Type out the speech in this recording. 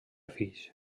fills